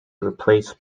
replaced